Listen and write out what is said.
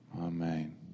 Amen